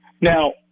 Now